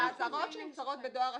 אזהרות שנמסרות בדואר רשום,